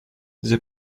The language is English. the